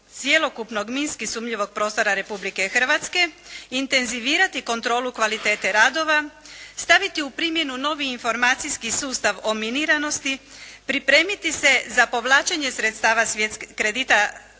cjelokupnog minski sumnjivog prostora Republike Hrvatske, intenzivirati kontrolu kvalitete radova, staviti u primjenu novi informacijski sustav o miniranosti, pripremiti se za povlačenje sredstava kredita